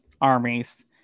armies